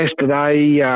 yesterday